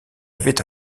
avait